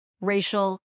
racial